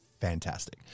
Fantastic